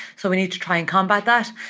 so we need to try and combat that.